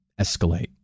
escalate